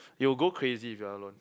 you will go crazy if you are alone